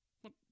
What